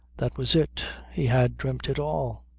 that was it. he had dreamed it all.